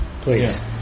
Please